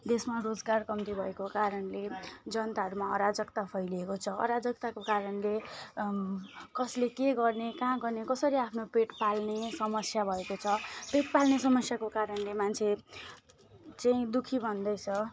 देशमा रोजगार कम्ती भएको कारणले जनताहरूमा अराजकता फैलिएको छ अराजकताको कारणले कसले के गर्ने कहाँ गर्ने कसरी आफ्नो पेट पाल्ने समस्या भएको छ पेट पाल्ने समस्याको कारणले मान्छे चाहिँ दुखी बन्दैछ